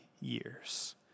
years